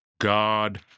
God